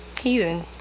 Heathen